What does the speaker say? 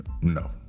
No